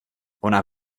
ona